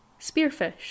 Spearfish